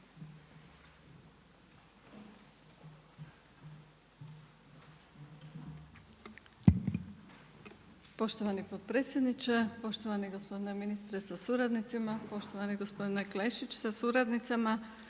Poštovani potpredsjedniče, poštovani gospodine ministre sa suradnicima, poštovani gospodine Klešić sa suradnicama.